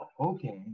okay